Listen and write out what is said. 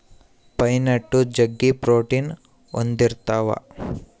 pine nut ಜಗ್ಗಿ protein ಹೊಂದಿರ್ತವ